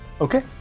Okay